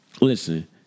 Listen